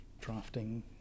drafting